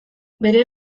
bere